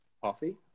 coffee